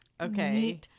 Okay